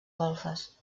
golfes